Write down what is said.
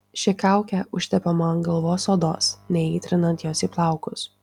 ši kaukė užtepama ant galvos odos neįtrinant jos į plaukus